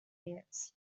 years